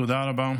תודה רבה.